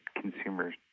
consumers